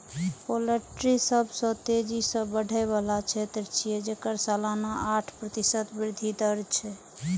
poultry सबसं तेजी सं बढ़ै बला क्षेत्र छियै, जेकर सालाना आठ प्रतिशत वृद्धि दर छै